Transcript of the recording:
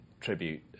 tribute